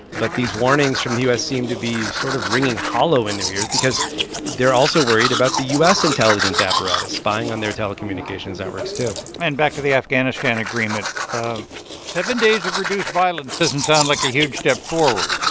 but these warnings from the u s. seem to be sort of ringing hollow in their ears because they're also worried about the u s. intelligence apparatus spying on their telecommunications networks, too and back to the afghanistan agreement seven days of reduced violence doesn't sound like a huge step forward